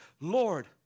Lord